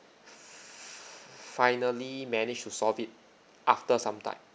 finally managed to solve it after some time